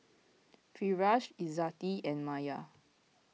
Firash Izzati and Maya